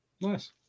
Nice